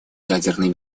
ядерной